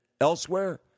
elsewhere